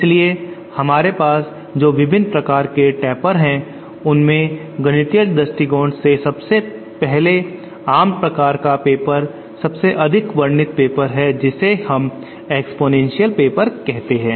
इसलिए हमारे पास जो विभिन्न प्रकार के टेपर हैं उनमें गणितीय दृष्टिकोण से पहला सबसे आम प्रकार का पेपर सबसे अधिक वर्णित पेपर है जिसे हम एक्स्पोनेंशियल पेपर कहते हैं